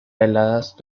heladas